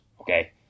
okay